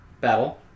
battle